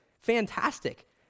fantastic